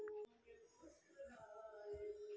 फसल भंडारन से जुड़ल जानकारी?